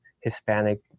Hispanic